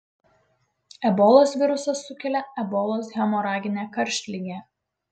ebolos virusas sukelia ebolos hemoraginę karštligę